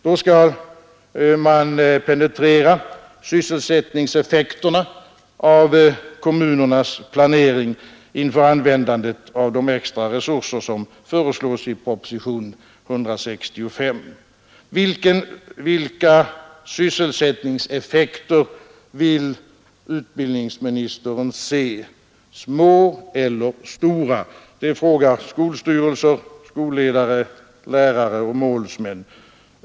Då skall man penetrera sysselsättningseffekterna av kommunernas planering inför användandet av de extra resurser som föreslås i proposition 165. Vilka sysselsättningseffekter vill utbildningsministern se — små eller stora? Det frågar skolstyrelser, skolledare, lärare och målsmän.